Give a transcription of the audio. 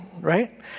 right